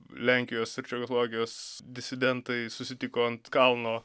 lenkijos ir čekoslovakijos disidentai susitiko ant kalno